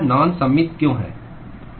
यह नान सममित क्यों है